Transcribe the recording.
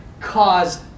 caused